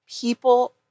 people